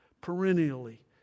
perennially